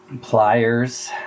pliers